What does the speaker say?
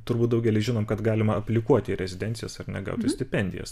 turbūt daugelis žinom kad galima aplikuoti į rezidencijas ar ne gauti stipendijas